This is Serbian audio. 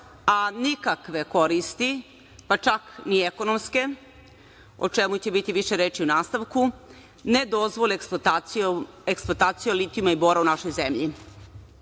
a nikakve koristi, pa čak ni ekonomske, o čemu će biti više reči u nastavku, ne dozvoli eksploatacija litijuma i bora u našoj zemlji. Kako